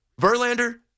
Verlander